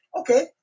okay